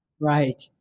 Right